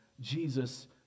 Jesus